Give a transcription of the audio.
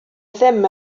ddim